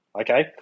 okay